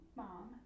mom